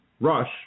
Rush